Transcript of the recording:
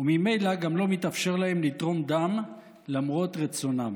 וממילא גם לא מתאפשר להם לתרום דם, למרות רצונם.